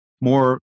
more